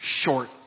short